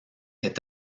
est